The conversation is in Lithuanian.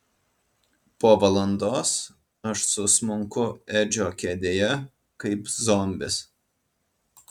po valandos aš susmunku edžio kėdėje kaip zombis